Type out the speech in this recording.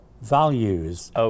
values